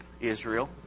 Israel